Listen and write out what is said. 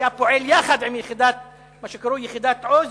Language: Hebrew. היה פועל יחד עם מה שקרוי יחידת "עוז"